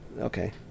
okay